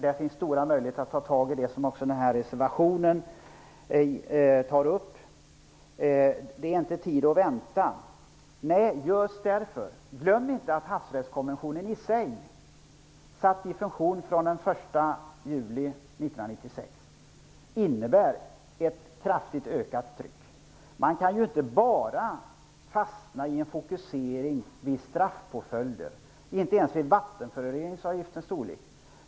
Det finns stora möjligheter att ta tag också i det som reservationen tar upp. Det är inte tid att vänta - nej, just därför! Glöm inte att havsrättskonventionen i sig, satt i funktion från den 1 juli 1996, innebär ett kraftigt ökat tryck. Man kan ju inte bara fastna i en fokusering vid straffpåföljden och vattenföroreningsavgiftens storlek.